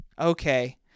Okay